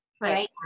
Right